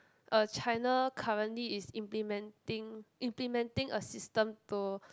uh China currently is implementing implementing a system to